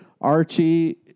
Archie